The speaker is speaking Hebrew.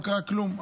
לא קרה כלום,